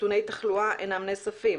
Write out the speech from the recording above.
נתוני תחלואה אינם נאספים,